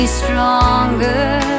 stronger